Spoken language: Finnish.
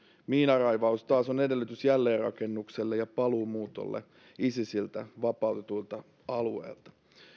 miinanraivaus taas on edellytys jälleenrakennukselle ja paluumuutolle isisiltä vapautetuilta alueilta